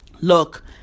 look